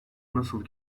nasıl